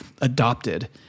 adopted